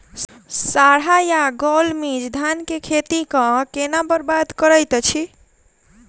साढ़ा या गौल मीज धान केँ खेती कऽ केना बरबाद करैत अछि?